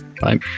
bye